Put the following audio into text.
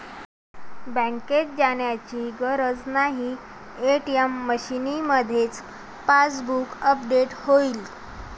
बँकेत जाण्याची गरज नाही, ए.टी.एम मशीनमध्येच पासबुक अपडेट होईल